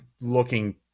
looking